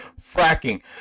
Fracking